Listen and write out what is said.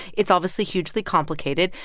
it's obviously hugely complicated.